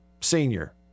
senior